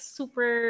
super